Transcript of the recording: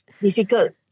Difficult